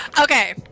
okay